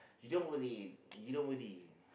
you don't worry you don't worry